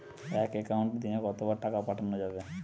এক একাউন্টে দিনে কতবার টাকা পাঠানো যাবে?